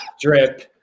Drip